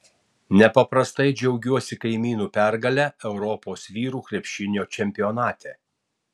nepaprastai džiaugiuosi kaimynų pergale europos vyrų krepšinio čempionate